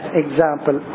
example